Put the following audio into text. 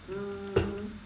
um